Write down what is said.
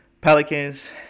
Pelicans